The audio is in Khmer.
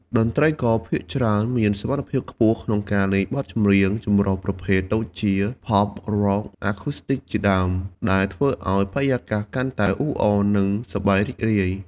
តន្ត្រីករភាគច្រើនមានសមត្ថភាពខ្ពស់ក្នុងការលេងបទចម្រៀងចម្រុះប្រភេទ ដូចជា ផប់, រ៉ក់, អាឃូស្ទីច ជាដើម ដែលធ្វើឱ្យបរិយាកាសកាន់តែអ៊ូអរ និងសប្បាយរីករាយ។